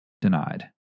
denied